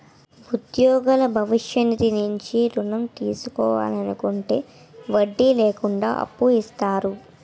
ఉద్యోగులు భవిష్య నిధి నుంచి ఋణం తీసుకోవాలనుకుంటే వడ్డీ లేకుండా అప్పు ఇస్తారు